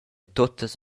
tuttas